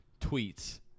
tweets